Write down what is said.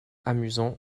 amusant